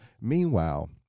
Meanwhile